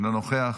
אינו נוכח,